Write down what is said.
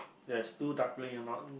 there's two duckling